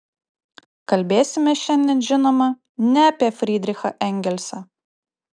kalbėsime šiandien žinoma ne apie frydrichą engelsą